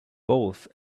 both